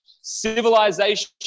civilization